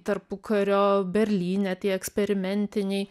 tarpukario berlyne tie eksperimentiniai